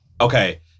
Okay